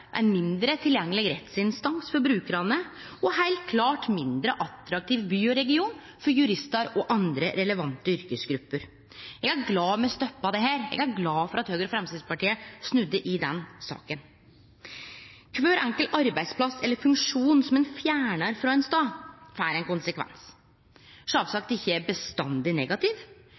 ein mindre tilgjengeleg rettsinstans for brukarane, og Notodden ville heilt klart bli ein mindre attraktiv by og region for juristar og andre relevante yrkesgrupper. Eg er glad me stoppa dette. Eg er glad for at Høgre og Framstegspartiet snudde i den saka. Når ein fjernar ein arbeidsplass eller ein funksjon frå ein stad, får det ein konsekvens. Sjølvsagt er det ikkje